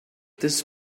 this